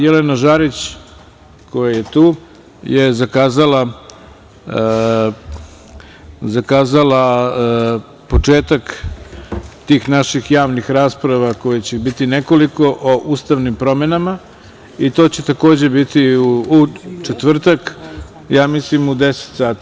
Jelena Žarić koja je tu, je zakazala početak tih naših javnih rasprava kojih će biti nekoliko, o ustavnim promenama i to će takođe biti u četvrtak, mislim u 10.00 sati.